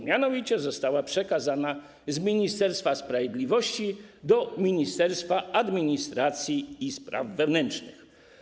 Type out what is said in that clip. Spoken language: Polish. Mianowicie została przekazana z Ministerstwa Sprawiedliwości do Ministerstwa Administracji i Spraw Wewnętrznych.